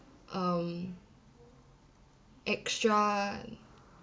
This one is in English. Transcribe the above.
um extra